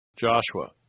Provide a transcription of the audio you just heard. Joshua